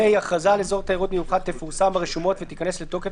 (ה)הכרזה על אזור תיירות מיוחד תפורסם ברשומות ותיכנס לתוקף